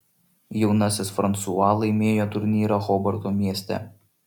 jaunasis fransua laimėjo turnyrą hobarto mieste